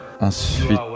Ensuite